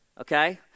okay